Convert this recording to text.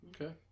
Okay